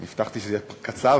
אני הבטחתי שזה יהיה קצר,